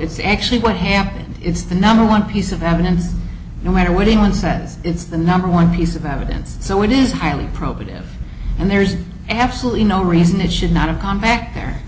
it's actually what happened it's the number one piece of evidence no matter what anyone says it's the number one piece of evidence so it is highly probative and there's absolutely no reason it should not have contact there